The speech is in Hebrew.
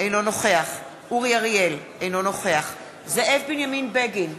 אינו נוכח אורי אריאל, אינו נוכח זאב בנימין בגין,